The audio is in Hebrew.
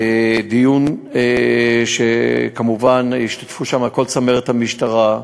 דיון שכמובן השתתפה בו כל צמרת המשטרה.